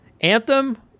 Anthem